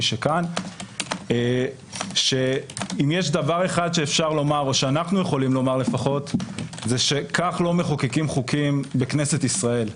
אם יש דבר אחד שאנו יכולים לומר זה שכך לא מחוקקים חוקים בכנסת ישראל.